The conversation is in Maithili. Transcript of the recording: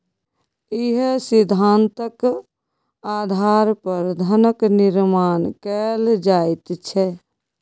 इएह सिद्धान्तक आधार पर धनक निर्माण कैल जाइत छै